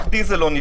הרי